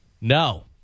No